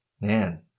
Man